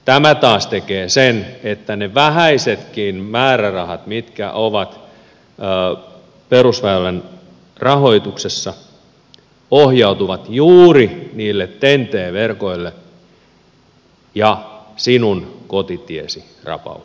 tämä taas tekee sen että ne vähäisetkin määrärahat mitkä ovat perusväylän rahoituksessa ohjautuvat juuri niille ten t verkoille ja sinun kotitiesi rapautuu